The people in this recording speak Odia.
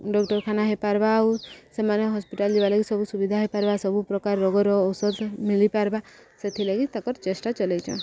ଡକ୍ଟରଖାନା ହେଇପାର୍ବା ଆଉ ସେମାନେ ହସ୍ପିଟାଲ ଯିବା ଲାଗି ସବୁ ସୁବିଧା ହେଇପାରବା ସବୁପ୍ରକାର ରୋଗର ଔଷଧ ମିଳିପାରବା ସେଥିଲାଗି ତାଙ୍କର ଚେଷ୍ଟା ଚଲେଇଚନ୍